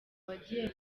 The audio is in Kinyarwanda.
wagiye